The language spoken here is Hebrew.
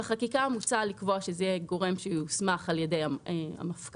בחקיקה מוצע לקבוע שזה יהיה גורם שיוסמך על ידי המפכ"ל,